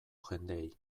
jendeei